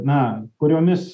na kuriomis